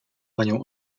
panią